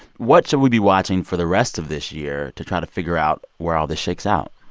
what should we be watching for the rest of this year to try to figure out where all this shakes out?